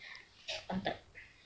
bantut